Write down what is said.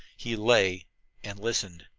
he lay and listened.